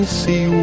see